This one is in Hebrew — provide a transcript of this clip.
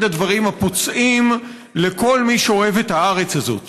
הדברים הפוצעים לכל מי שאוהב את הארץ הזאת.